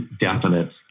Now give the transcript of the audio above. definite